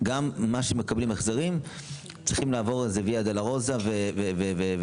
גם מה שמקבלים החזרים צריכים לעבור איזו ויה דולורוזה וצער,